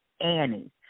Annie